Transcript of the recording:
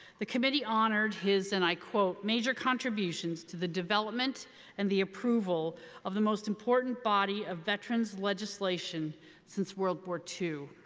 the committee honored his, and i quote, major contributions to the development and the approval of the most important body of veterans' legislation since world war ii.